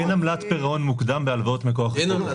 אין עמלת פירעון מוקדם בהלוואות --- אין עמלה?